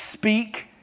Speak